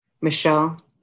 Michelle